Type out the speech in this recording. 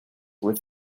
were